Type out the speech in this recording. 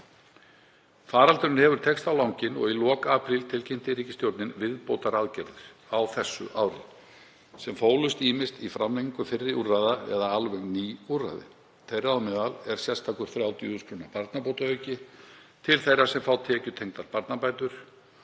Faraldurinn hefur teygst á langinn og í lok apríl tilkynnti ríkisstjórnin viðbótaraðgerðir á þessu ári sem fólust ýmist í framlengingu fyrri úrræða eða alveg ný úrræði. Þeirra á meðal er sérstakur 30.000 kr. barnabótaauki til þeirra sem fá tekjutengdar barnabætur,